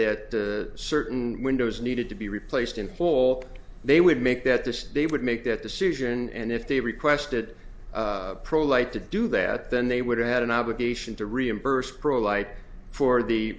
that certain windows needed to be replaced in full they would make that this they would make that decision and if they requested pro life to do that then they would have had an obligation to reimburse pro light for the